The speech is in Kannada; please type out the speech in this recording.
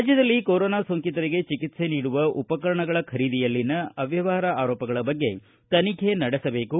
ರಾಜ್ಯದಲ್ಲಿ ಕೊರೊನಾ ಸೋಂಕಿತರಿಗೆ ಚಿಕಿತ್ಸೆ ನೀಡುವ ಉಪಕರಣಗಳ ಖರೀದಿಯಲ್ಲಿನ ಅವ್ಯವಹಾರ ಆರೋಪಗಳ ಬಗ್ಗೆ ತನಿಖೆ ನಡೆಸಬೇಕು